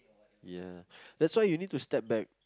ya that's why you need to step back